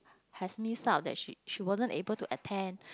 has miss out that she she wasn't able to attend